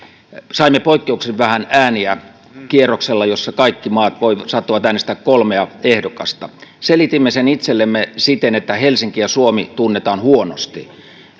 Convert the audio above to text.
saimme poikkeuksellisen vähän ääniä kierroksella jolla kaikki maat saattoivat äänestää kolmea ehdokasta selitimme sen itsellemme siten että helsinki ja suomi tunnetaan huonosti